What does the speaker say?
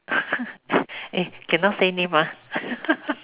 eh cannot say name ah